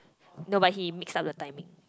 no but he mixed up the timing